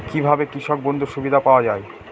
কি ভাবে কৃষক বন্ধুর সুবিধা পাওয়া য়ায়?